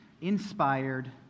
inspired